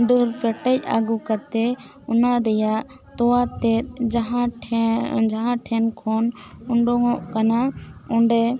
ᱰᱟᱹᱨ ᱯᱮᱴᱮᱡ ᱟᱹᱜᱩ ᱠᱟᱛᱮᱜ ᱚᱱᱟ ᱨᱮᱭᱟᱜ ᱛᱚᱣᱟ ᱛᱮᱫ ᱡᱟᱦᱟᱸ ᱴᱷᱮᱱ ᱡᱟᱦᱟᱸ ᱴᱷᱮᱱ ᱠᱷᱚᱱ ᱩᱰᱩᱝᱚᱜ ᱠᱟᱱᱟ ᱚᱸᱰᱮ